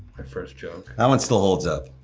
my first joke. that one still holds up.